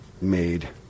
made